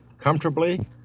comfortably